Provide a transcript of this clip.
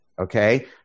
Okay